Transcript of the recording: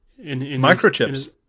Microchips